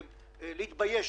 המגזרים מביאים פי 32,